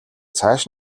цааш